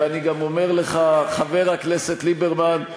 ואני גם אומר לך, חבר הכנסת ליברמן,